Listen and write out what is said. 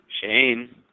Shane